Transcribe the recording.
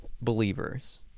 believers